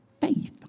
faith